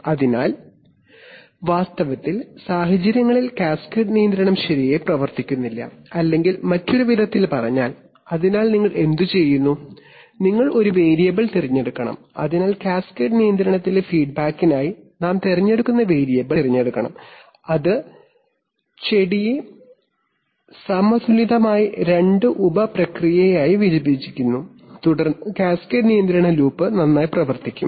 അതിനാൽ വാസ്തവത്തിൽ സാഹചര്യങ്ങളിൽ കാസ്കേഡ് നിയന്ത്രണം ശരിയായി പ്രവർത്തിക്കുന്നില്ല അല്ലെങ്കിൽ മറ്റൊരു വിധത്തിൽ പറഞ്ഞാൽ അതിനാൽ നിങ്ങൾ എന്തുചെയ്യുന്നു അതിനാൽ നിങ്ങൾ ഒരു വേരിയബിൾ തിരഞ്ഞെടുക്കണം അതിനാൽ കാസ്കേഡ് നിയന്ത്രണത്തിലെ ഫീഡ്ബാക്കിനായി ഞങ്ങൾ തിരഞ്ഞെടുക്കുന്ന വേരിയബിൾ വളരെ വിവേകപൂർവ്വം തിരഞ്ഞെടുക്കണം അത് തിരഞ്ഞെടുക്കണം അത് ചെടിയെ സമതുലിതമായ രണ്ട് ഉപ പ്രക്രിയകളായി വിഭജിക്കുന്നു തുടർന്ന് കാസ്കേഡ് നിയന്ത്രണ ലൂപ്പ് നന്നായി പ്രവർത്തിക്കും